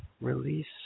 release